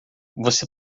você